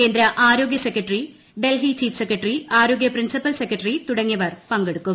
കേന്ദ്ര ആരോഗ്യ secretary Delhi chief secretary ആരോഗ്യ പ്രിൻസിപ്പൽ സെക്രട്ടറി തുടങ്ങിയവർ പങ്കെടുക്കും